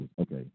Okay